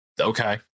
Okay